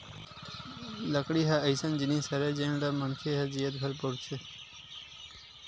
लकड़ी ह अइसन जिनिस हरय जेन ल मनखे ह जियत भर बउरथे